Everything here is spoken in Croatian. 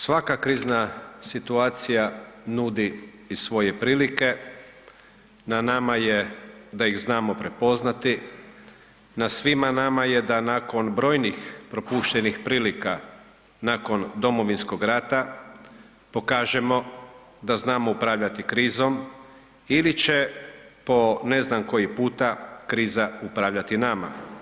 Svaka krizna situacija nudi i svoje prilike, na nama je da ih znamo prepoznati, na svima nama je da nakon brojnih propuštenih prilika nakon Domovinskog rata pokažemo da znamo upravljati krizom ili će, po ne znam koji puta, kriza upravljati nama.